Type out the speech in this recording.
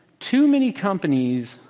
too many companies,